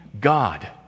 God